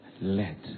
Let